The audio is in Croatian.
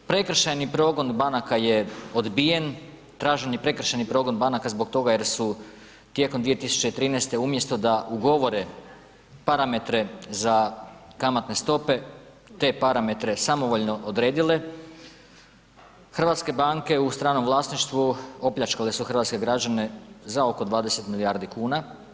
Prekršajni progon banaka je odbijen, tražen je prekršajni progon banaka zbog toga jer su tijekom 2013. umjesto da ugovore parametre za kamatne stope te parametre samovoljno odredile hrvatske banke u stranom vlasništvu opljačkale su hrvatske građane za oko 20 milijardi kuna.